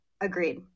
Agreed